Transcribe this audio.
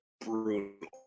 brutal